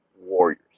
Warriors